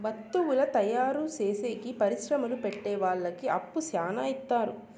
వత్తువుల తయారు చేసేకి పరిశ్రమలు పెట్టె వాళ్ళకి అప్పు శ్యానా ఇత్తారు